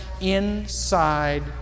inside